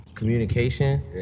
communication